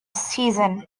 season